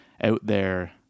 out-there